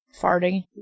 Farting